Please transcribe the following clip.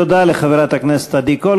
תודה לחברת הכנסת עדי קול.